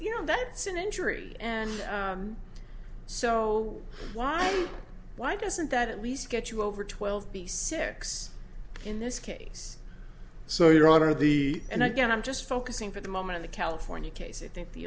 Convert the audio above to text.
you know that sin injury and so why why doesn't that at least get you over twelve b six in this case so your honor the and i guess i'm just focusing for the moment the california case i think the